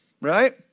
Right